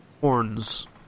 horns